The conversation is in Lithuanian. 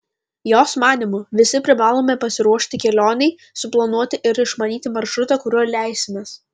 jos manymu visi privalome pasiruošti kelionei suplanuoti ir išmanyti maršrutą kuriuo leisimės